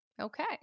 Okay